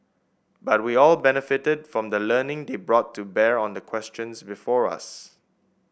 but we all benefited from the learning they brought to bear on the questions before us